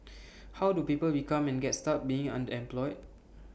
how do people become and get stuck being underemployed